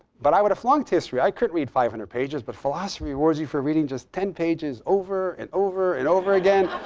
but i would've flunked history. i couldn't read five hundred pages. but philosophy rewards you for reading just ten pages over, and over, and over again,